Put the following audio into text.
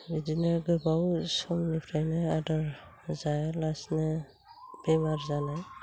बिदिनो गोबाव समनिफ्रायनो आदार जाया लासिनो बेमार जानाय